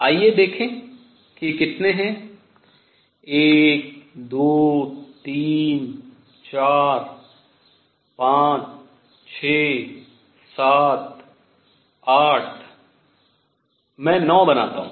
आइए देखें कि कितने हैं 1 2 3 4 5 6 7 8 मैं 9 बनाता हूँ